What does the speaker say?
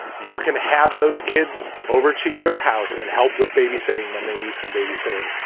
you can have those kids over to your house and help with babysitting when they need some babysitting.